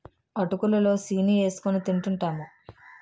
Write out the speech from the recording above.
అటుకులు లో సీని ఏసుకొని తింటూంటాము